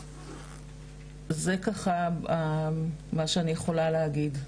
זה מה שאני יכולה להגיד.